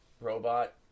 robot